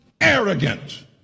arrogant